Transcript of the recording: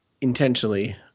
intentionally